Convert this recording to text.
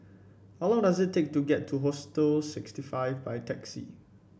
how long does it take to get to Hostel sixty five by taxi